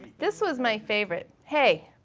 this was my favorite, hey.